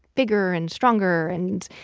bigger and stronger and,